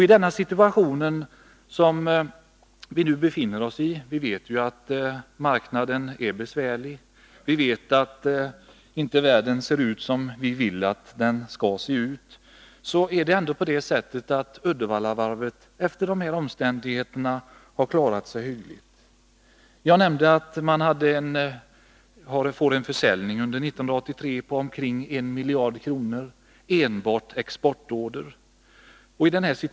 I den situation där vi befinner oss — vi vet att marknaden är besvärlig, att världen inte ser ut som vi vill att den skall se ut — har Uddevallavarvet ändå klarat sig hyggligt med tanke på omständigheterna. Jag nämnde att försäljningen under 1983 kommer att uppgå till omkring 1 miljard kronor — enbart exportorder.